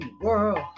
world